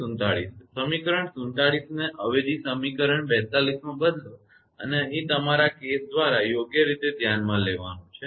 હવે સમીકરણ 47 ને અવેજી સમીકરણ 42 માં બદલો અને અહીં તમારે કેસ દ્વારા યોગ્ય રીતે ધ્યાનમાં લેવાનું છે